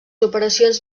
operacions